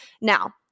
Now